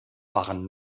waren